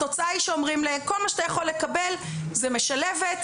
התוצאה היא שאומרים: כל מה שאתה יכול לקבל זה משלבת,